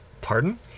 pardon